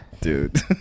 Dude